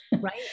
right